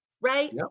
right